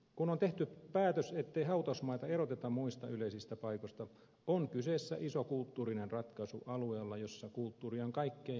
kun on tehty päätös ettei hautausmaita eroteta muista yleisistä paikoista on kyseessä iso kulttuurinen ratkaisu alueella jossa kulttuuri on kaikkein vanhinta